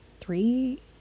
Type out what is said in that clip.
three